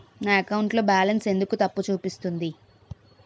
నా అకౌంట్ లో బాలన్స్ ఎందుకు తప్పు చూపిస్తుంది?